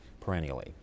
perennially